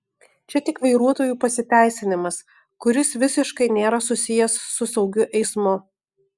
čia tik vairuotojų pasiteisinimas kuris visiškai nėra susijęs su saugiu eismu